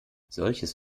solches